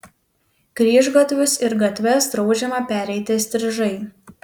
kryžgatvius ir gatves draudžiama pereiti įstrižai